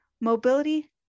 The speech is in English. Mobility